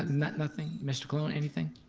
nothing, mr. cologne anything?